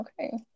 okay